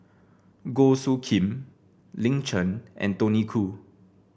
Goh Soo Khim Lin Chen and Tony Khoo